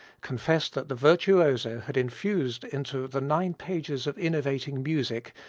confessed that the virtuoso had infused into the nine pages of enervating music,